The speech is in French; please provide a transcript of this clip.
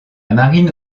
marine